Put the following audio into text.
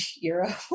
euro